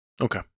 Okay